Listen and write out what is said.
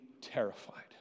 terrified